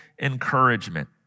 encouragement